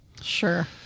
Sure